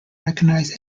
recognize